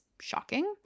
Shocking